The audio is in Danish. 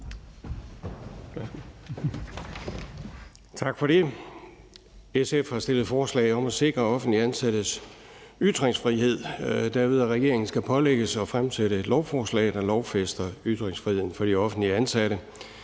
Tak for det. SF har stillet forslag om at sikre offentligt ansattes ytringsfrihed, derved at regeringen skal pålægges at fremsætte et lovforslag, der lovfæster ytringsfriheden for de offentligt ansatte.